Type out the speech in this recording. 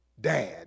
dad